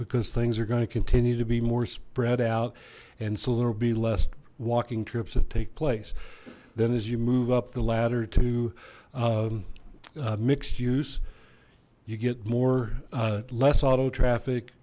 because things are going to continue to be more spread out and so there'll be less walking trips that take place then as you move up the ladder to mixed use you get more less auto traffic